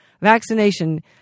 vaccination